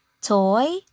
Toy